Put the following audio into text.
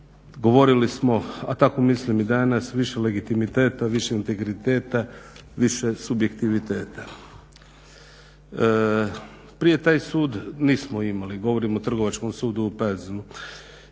govorili smo, a tako mislim i danas više legitimiteta, više integriteta, više subjektiviteta. Prije taj sud nismo imali, govorim o Trgovačkom sudu u Pazinu.